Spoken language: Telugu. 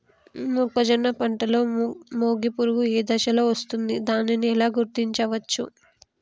మొక్కజొన్న పంటలో మొగి పురుగు ఏ దశలో వస్తుంది? దానిని ఎలా గుర్తించవచ్చు?